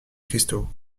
cristaux